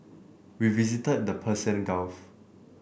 we visited the Persian Gulf